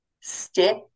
step